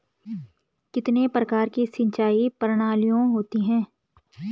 कितने प्रकार की सिंचाई प्रणालियों होती हैं?